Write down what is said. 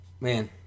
man